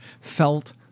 felt